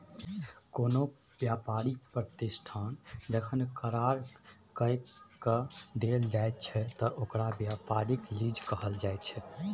कोनो व्यापारी प्रतिष्ठान जखन करार कइर के देल जाइ छइ त ओकरा व्यापारिक लीज कहल जाइ छइ